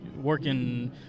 working